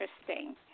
interesting